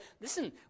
listen